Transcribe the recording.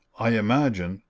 i imagine,